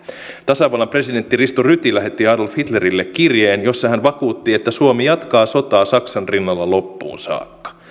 tasavallan presidentti risto ryti lähetti adolf hitlerille kirjeen jossa hän vakuutti että suomi jatkaa sotaa saksan rinnalla loppuun saakka